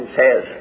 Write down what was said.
says